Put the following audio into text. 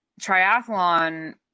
triathlon